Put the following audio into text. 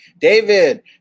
David